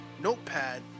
notepad